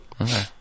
Okay